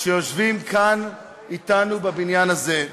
שיושבים כאן אתנו בבניין הזה,